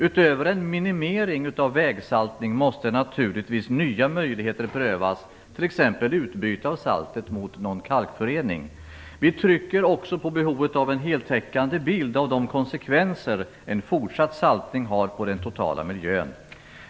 Utöver en minimering av vägsaltning måste naturligtvis nya möjligheter prövas, t.ex. utbyte av saltet mot någon kalkförening. Vi trycker också på behovet av att få en heltäckande bild av de konsekvenser en fortsatt saltning har på den totala miljön.